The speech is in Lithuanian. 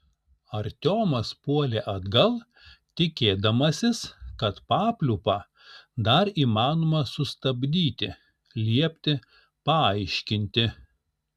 artiomas puolė atgal tikėdamasis kad papliūpą dar įmanoma sustabdyti liepti paaiškinti